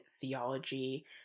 theology